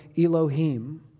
Elohim